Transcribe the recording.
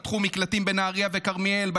פתחו מקלטים בנהריה וכרמיאל,